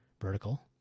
vertical